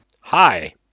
Hi